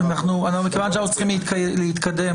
מכיוון שאנחנו צריכים להתקדם,